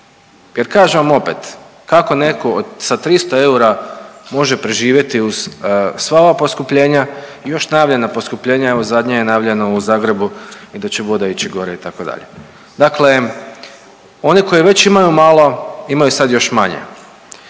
Jer kažem vam opet kako netko sa 300 eura može preživjeti uz sva ova poskupljenja i još najavljena poskupljenja. Evo zadnje je najavljeno u Zagrebu da će i voda ići gore itd. Dakle, oni koji već imaju malo, imaju sad još manje.